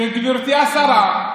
גברתי השרה,